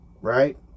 right